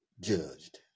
judged